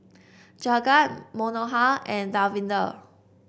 Jagat Manohar and Davinder